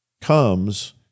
comes